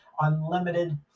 unlimited